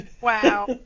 wow